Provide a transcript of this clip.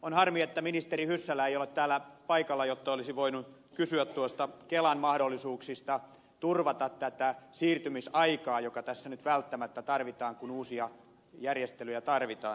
on harmi että ministeri hyssälä ei ole täällä paikalla jotta olisin voinut kysyä noista kelan mahdollisuuksista turvata tätä siirtymisaikaa joka tässä nyt välttämättä tarvitaan kun uusia järjestelyjä tarvitaan